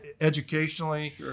educationally